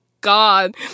god